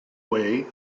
way